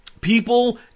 People